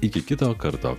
iki kito karto